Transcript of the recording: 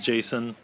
Jason